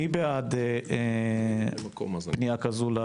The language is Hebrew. מי בעד פנייה כזו?